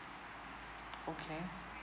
okay